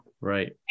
right